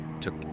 took